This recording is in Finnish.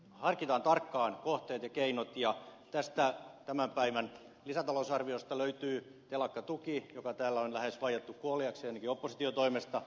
harkitaan tarkkaan kohteet ja keinot ja tästä tämän päivän lisätalousarviosta löytyy telakkatuki joka täällä on lähes vaiettu kuoliaaksi ainakin opposition toimesta